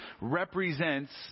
represents